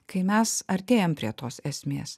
kai mes artėjam prie tos esmės